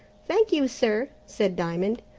thank you, sir, said diamond.